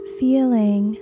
feeling